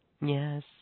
yes